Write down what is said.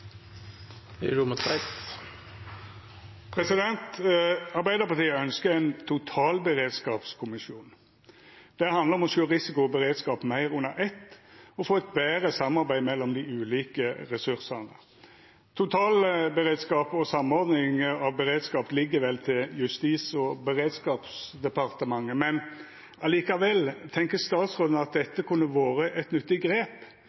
beredskap meir under eitt og få eit betre samarbeid mellom dei ulike ressursane. Totalberedskap og samordning av beredskap ligg vel til Justis- og beredskapsdepartementet, men likevel: Tenkjer statsråden at dette kunne ha vore eit nyttig grep